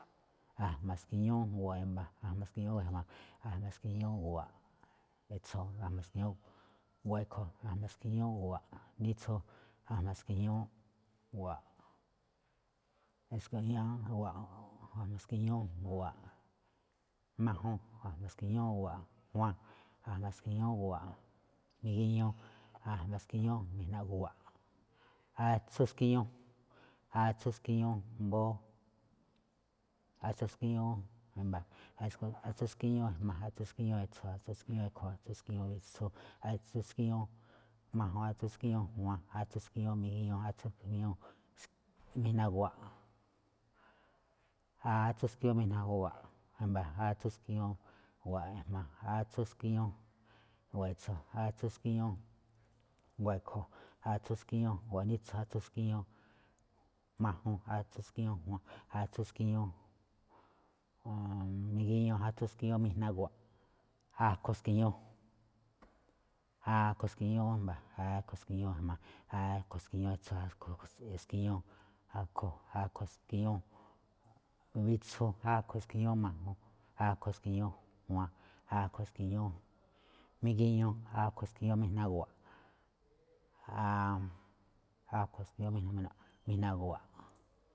A̱jma̱ ski̱ñú gu̱ꞌwa̱ꞌ e̱mba̱, a̱jma̱ ski̱ñú gu̱ꞌwa̱ꞌ e̱jma̱, a̱jma̱ ski̱ñú gu̱ꞌwa̱ꞌ, e̱tso̱, a̱jma̱ ski̱ñú gu̱ꞌwa̱ꞌ e̱kho̱, a̱jma̱ ski̱ñú gu̱ꞌwa̱ꞌ nítsu, a̱jma̱ ski̱ñú gu̱ꞌwa̱ꞌ, a̱jma̱ ski̱ñú gu̱ꞌwa̱ꞌ majuun, a̱jma̱ ski̱ñú gu̱ꞌwa̱ꞌ juaan, a̱jma̱ ski̱ñú gu̱ꞌwa̱ꞌ miguiñuu, a̱jma̱ ski̱ñú mijna gu̱ꞌwa̱ꞌ, atsú skíñú, atsú skíñú mbóó, atsú skíñú e̱mba̱, atsú skíñú e̱jma̱, atsú skíñú e̱tso̱, atsú skíñú e̱kho̱, atsú skíñú witsu, atsú skíñú majuun, atsú skíñú juaan, atsú skíñú migiñuu, atsú skíñú mijna̱ gu̱wa̱ꞌ, atsú skíñú gu̱wa̱ꞌ, atsú skíñú gu̱wa̱ꞌ e̱mba̱, atsú skíñú gu̱wa̱ꞌ e̱jma̱, atsú skíñú gu̱wa̱ꞌ e̱tso̱, atsú skíñú gu̱wa̱ꞌ e̱kho̱, atsú skíñú gu̱wa̱ꞌ nítsu, atsú skíñú gu̱wa̱ꞌ majuun, atsú skíñú gu̱wa̱ꞌ migiñuu, atsú skíñú mijna gu̱wa̱ꞌ, akho̱ ski̱ñú, akho̱ ski̱ñú e̱mba̱, akho̱ ski̱ñú e̱jma̱, akho̱ ski̱ñú e̱tso̱, akho̱ ski̱ñú akho̱, akho̱ ski̱ñú witsu, akho̱ ski̱ñú majuun, akho̱ ski̱ñú juaan, akho̱ ski̱ñú migiñuu, akho̱ ski̱ñú mijna gu̱wa̱ꞌ, akho̱ ski̱ñú mijna̱ gu̱wa̱ꞌ.